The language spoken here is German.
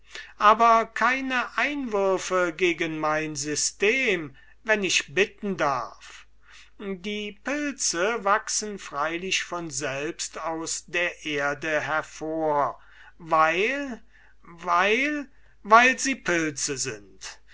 aber keine einwürfe gegen mein system wenn ich bitten darf die pilze wachsen freilich von selbst aus der erde hervor weil weil weil sie pilze sind